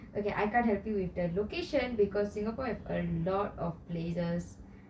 okay I can't help you with the location because singapore have a lot of places